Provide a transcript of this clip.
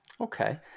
Okay